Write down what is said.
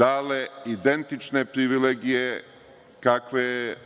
dale identične privilegije kakve